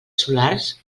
solars